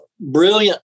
brilliant